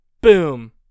Boom